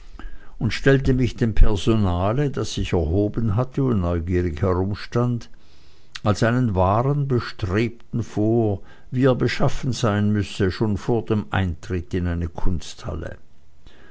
und stellte mich dem personale das sich erhoben haue und neugierig herumstand als einen wahren bestrebten vor wie er beschaffen sein müsse schon vor dem eintritte in eine kunsthalle